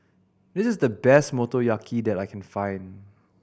this is the best Motoyaki that I can find